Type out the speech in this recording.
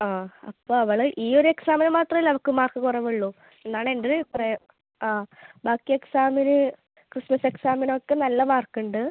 ആ അപ്പോൾ അവൾ ഈ ഒരു എക്സാമിന് മാത്രം അല്ലേ അവൾക്ക് മാർക്ക് കുറവ് ഉള്ളൂ എന്ന് ആണ് എൻ്റെ ഒരു അഭിപ്രായം ആ ബാക്കി എക്സാമിന് ക്രിസ്മസ് എക്സാമിന് ഒക്കെ നല്ല മാർക്ക് ഉണ്ട്